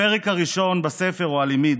הפרק הראשון בספר הוא על אימי,